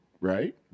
right